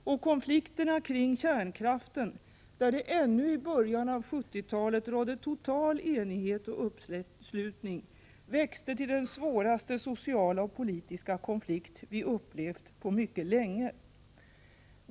Och konflikterna kring kärnkraften — där det ännu i början av 1970-talet rådde total enighet och uppslutning — växte till den svåraste sociala och politiska konflikt vi upplevt på mycket länge.